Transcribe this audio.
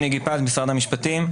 אני ממשרד המשפטים.